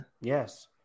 Yes